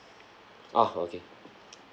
oh okay